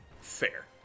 Fair